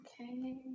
Okay